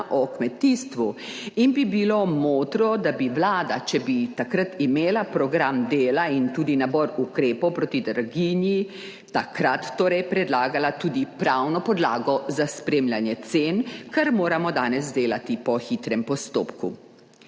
o kmetijstvu in bi bilo modro, da bi Vlada, če bi takrat imela program dela in tudi nabor ukrepov proti draginji, takrat torej predlagala tudi pravno podlago za spremljanje cen, kar moramo danes delati po hitrem postopku.